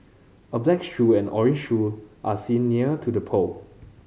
a black shoe and orange shoe are seen near to the pole